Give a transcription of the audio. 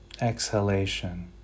exhalation